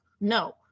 no